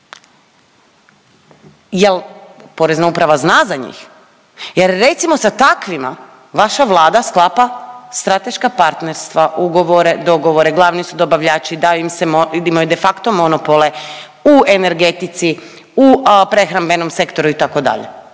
Jel Porezna uprava zna za njih? Jer recimo sa takvima vaša Vlada sklapa strateška partnerstva, ugovore, dogovore, glavni su dobavljaču, da im se imaju de facto monopole u energetici, u prehrambenom sektoru itd.